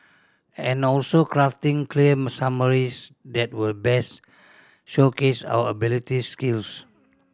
and also crafting clear summaries that will best showcase our abilities skills